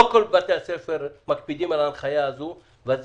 לא כל בתי הספר מקפידים על ההנחיה הזו וזה